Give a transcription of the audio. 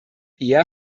eher